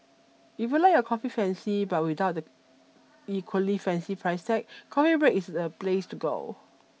if you like your coffee fancy but without the equally fancy price tag Coffee Break is the place to go